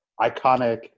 iconic